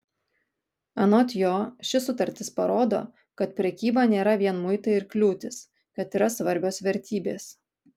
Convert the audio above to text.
anot jo ši sutartis parodo kad prekyba nėra vien muitai ir kliūtys kad yra svarbios vertybės